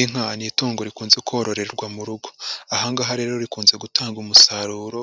Inka ni itungo rikunze kororerwa mu rugo, ahangaha rero rikunze gutanga umusaruro